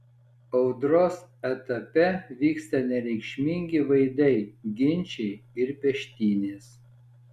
audros etape vyksta nereikšmingi vaidai ginčai ir peštynės